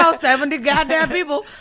so seventy goddamn people.